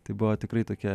tai buvo tikrai tokia